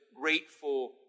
grateful